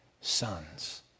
sons